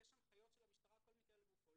יש הנחיות של המשטרה לכל מקרה לגופו.